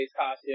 costume